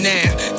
Now